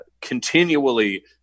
continually